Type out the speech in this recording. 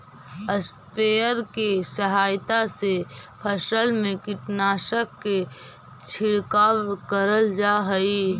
sprayer के सहायता से फसल में कीटनाशक के छिड़काव करल जा हई